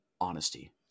honesty